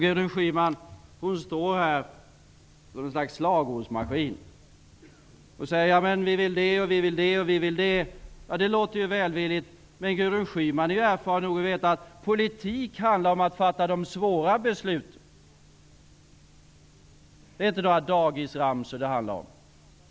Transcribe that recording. Gudrun Schyman står här som något slags slagordsmaskin och säger: Vi vill det, och vi vill det, och vi vill det. Det låter ju välvilligt, men Gudrun Schyman är erfaren nog att veta att politik handlar om att fatta de svåra besluten. Det är inte fråga om några dagisramsor.